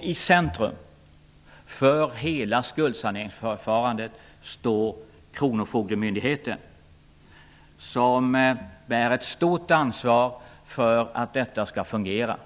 I centrum för hela skuldsaneringsförfarandet står kronofogdemyndigheten som bär ett stort ansvar för att det hela skall fungera.